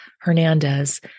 Hernandez